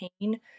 pain